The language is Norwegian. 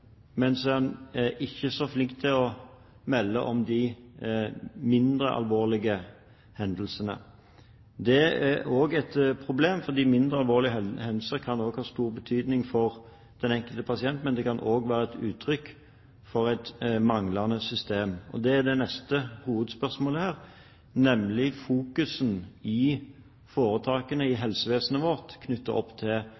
mens en ikke er så flink til å melde fra om de mindre alvorlige hendelsene. Det er et problem, fordi mindre alvorlige hendelser kan ha stor betydning for den enkelte pasient, men det kan også være uttrykk for et manglende system. Og det er det neste hovedspørsmålet her, nemlig